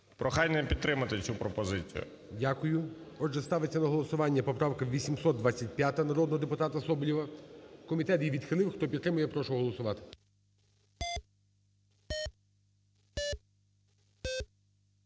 Прохання підтримати цю пропозицію. ГОЛОВУЮЧИЙ. Дякую. Отже, ставиться на голосування поправка 825 народного депутата Соболєва. Комітет її відхилив, хто підтримує, я прошу голосувати.